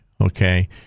Okay